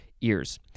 ears